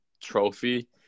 trophy